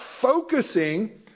focusing